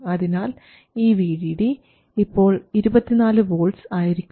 അതിനാൽ ഈ VDD ഇപ്പോൾ 24 വോൾട്ട്സ് ആയിരിക്കും